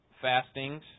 fastings